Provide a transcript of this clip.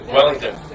Wellington